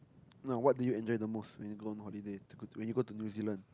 now what do you enjoy the most when you go on holiday when you go to New-Zealand